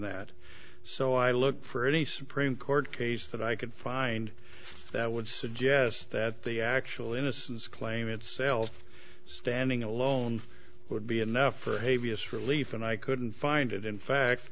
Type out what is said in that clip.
that so i look for any supreme court case that i could find that would suggest that the actual innocence claim itself standing alone would be enough for hay vs relief and i couldn't find it in fact